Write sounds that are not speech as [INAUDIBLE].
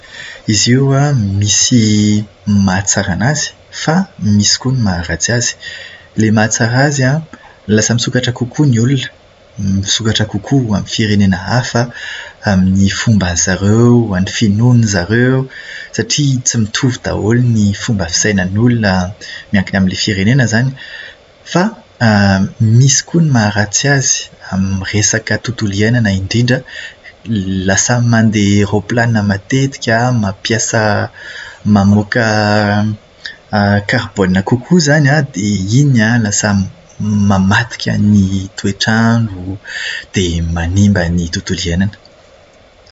Izy io an, misy mahatsara anazy, fa misy koa ny maharatsy azy. Ilay mahatsara azy an, lasa misokatra kokoa ny olona, misokatra kokoa amin'ny firenena hafa, amin'ny fomban'izareo, amin'ny finoan'izareo. Satria tsy mitovy daholo ny fomba fisainan'ny olona miankina amin'ilay firenena izany. Fa [HESITATION] misy koa ny maharatsy azy. Amin'ny resaka tontolo iainana indrindra. Lasa mandeha roplanina matetika, mampiasa mamoaka [HESITATION] karbona kokoa izany an, dia iny an lasa mamadika ny toetr'andro dia manimba ny tontolo iainana.